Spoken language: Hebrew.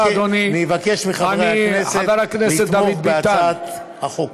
אני מבקש מחברי הכנסת לתמוך בהצעת החוק.